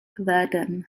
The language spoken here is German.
werden